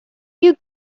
you